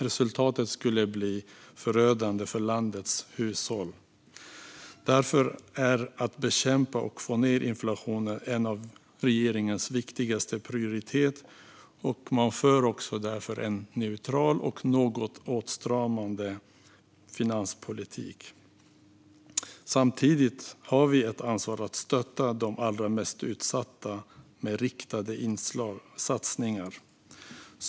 Resultatet skulle bli förödande för landets hushåll. Att bekämpa och få ned inflationen är därför en av regeringens viktigaste prioriteringar, och man för därför en neutral och något åtstramande finanspolitik. Samtidigt har vi ett ansvar att stötta de allra mest utsatta med riktade satsningar.